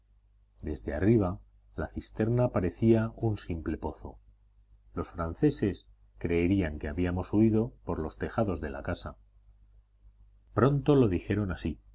desde arriba la cisterna parecía un simple pozo los franceses creerían que habíamos huido por los tejados de la casa pronto lo dijeron así